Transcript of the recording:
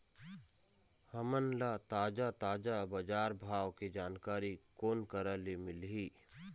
हमन ला ताजा ताजा बजार भाव के जानकारी कोन करा से मिलही?